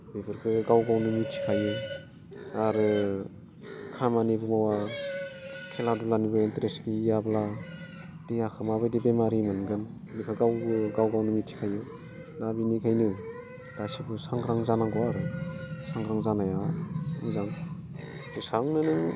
बेफोरखौ गाव गावनो मिनथिखायो आरो खामानिबो मावा खेला धुलानिबो इन्ट्रेस्ट गैयाब्ला देहाखौ माबायदि बेमारि मोनगोन बेखौ गावनो गाव गावनो मिनथिखायो दा बेनिखायनो गासैबो सांग्रां जानांगौ आरो सांग्रां जानाया मोजां जेसेबां नोङो